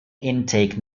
intake